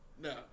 No